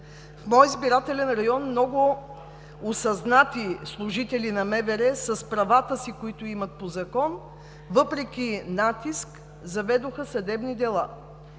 В моя избирателен район много осъзнати служители на МВР с правата си, които имат по закон, въпреки натиск, заведоха съдебни дела.